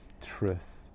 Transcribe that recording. truth